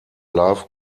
love